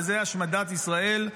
וזה השמדת ישראל,